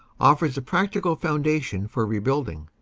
offers a practical foundation for rebuilding.